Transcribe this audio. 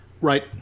Right